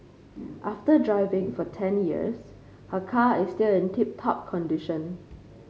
after driving for ten years her car is still in tip top condition